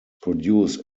produced